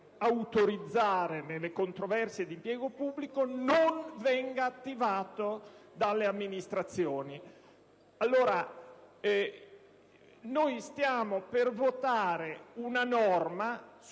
autorizzare nelle controversie di impiego pubblico non venga attivato dalle amministrazioni. Ne consegue che stiamo per votare una norma